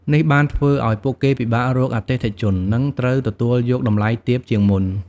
នេះបានធ្វើឱ្យពួកគេពិបាករកអតិថិជន និងត្រូវទទួលយកតម្លៃទាបជាងមុន។